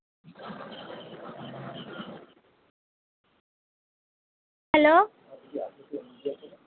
hello